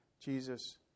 Jesus